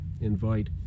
invite